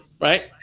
right